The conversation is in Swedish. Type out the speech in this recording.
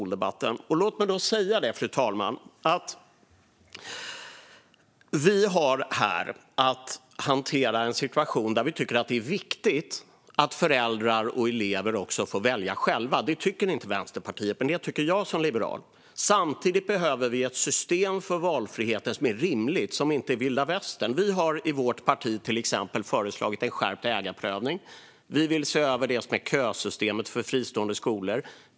Låt mig säga, fru talman, att vi har här att hantera en situation där vi tycker att det är viktigt att föräldrar och elever får välja själva. Det tycker inte Vänsterpartiet, men det tycker jag som liberal. Samtidigt behöver vi ett system för valfriheten som är rimligt och som inte är vilda västern. Vi har i vårt parti föreslagit till exempel en skärpt ägarprövning. Vi vill se över kösystemet för fristående skolor.